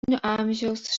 amžiaus